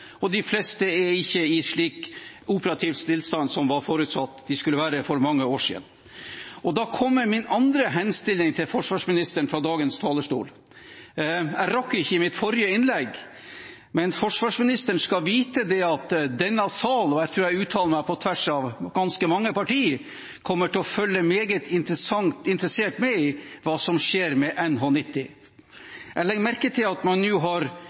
og de fleste er ikke i en slik operativ tilstand som det var forutsatt at de skulle være i for mange år siden. Da kommer min andre henstilling til forsvarsministeren fra dagens talerstol. Jeg rakk det ikke i mitt forrige innlegg, men forsvarsministeren skal vite at denne salen – og jeg tror jeg uttaler meg på vegne av ganske mange parti – kommer til å følge meget interessert med på hva som skjer med NH90. Jeg legger merke til at man nå har